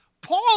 Paul